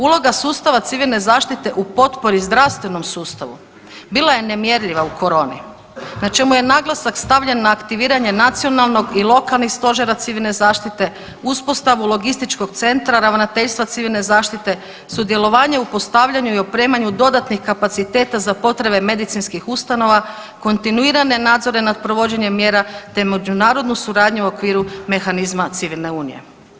Uloga sustava civilne zaštite u potpori zdravstvenom sustavu bila je nemjerljiva u koroni na čemu je naglasak stavljen na aktiviranje nacionalnog i lokalnih stožera civilne zaštite, uspostavu logističkog centra ravnateljstva civilne zaštite, sudjelovanje u postavljanju i opremanju dodatnih kapaciteta za potrebe medicinskih ustanova, kontinuirane nadzore nad provođenjem mjera, te međunarodnu suradnju u okviru mehanizma civilne unije.